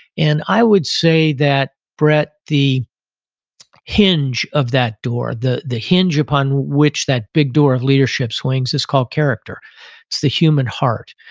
and i would say that, brett, the hinge of that door, the the hinge upon which that big door of leadership swings is called character it's the human heart.